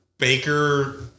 Baker